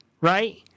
right